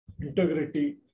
integrity